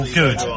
good